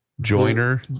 Joiner